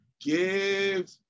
give